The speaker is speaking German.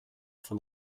von